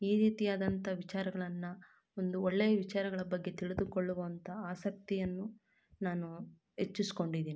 ಈ ರೀತಿಯಾದಂಥ ವಿಚಾರಗಳನ್ನು ಒಂದು ಒಳ್ಳೆಯ ವಿಚಾರಗಳ ಬಗ್ಗೆ ತಿಳಿದುಕೊಳ್ಳುವಂಥ ಆಸಕ್ತಿಯನ್ನು ನಾನು ಹೆಚ್ಚಿಸ್ಕೊಂಡಿದೀನಿ